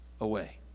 away